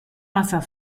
wasser